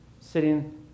sitting